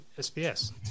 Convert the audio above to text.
SBS